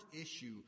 issue